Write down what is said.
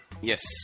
Yes